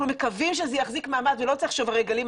אנחנו מקווים שזה יחזיק מעמד ולא צריך שוברי גלים.